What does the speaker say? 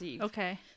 okay